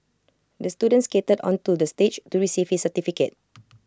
the student skated onto the stage to receive his certificate